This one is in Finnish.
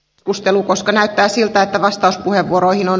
pikkusielu koska näyttää siltä se vaan on